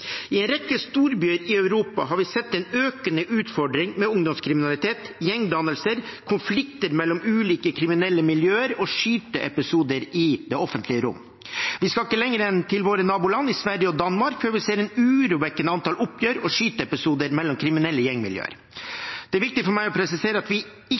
I en rekke storbyer i Europa har vi sett en økende utfordring med ungdomskriminalitet, gjengdannelser, konflikter mellom ulike kriminelle miljøer og skyteepisoder i det offentlige rom. Vi skal ikke lenger enn til våre naboland Sverige og Danmark før vi ser et urovekkende antall oppgjør og skyteepisoder mellom kriminelle gjengmiljøer. Det er viktig for meg å presisere at vi